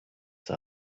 der